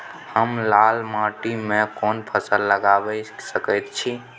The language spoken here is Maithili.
हम लाल माटी में कोन फसल लगाबै सकेत छी?